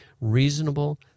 reasonable